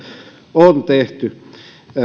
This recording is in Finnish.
on tehty